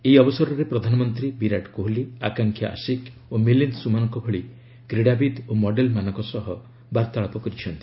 ଏହି ଅବସରରେ ପ୍ରଧାନମନ୍ତ୍ରୀ ବିରାଟ କୋହଲି ଆକ୍ରାକ୍ଷା ଆଶିକ ଓ ମିଲିନ୍ଦ ସୁମନଙ୍କ ଭଳି କ୍ରୀଡାବିତ୍ ଓ ମଡେଲମାନଙ୍କ ସହ ବାର୍ତ୍ତାଳାପ ପରିଛନ୍ତି